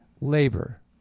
labor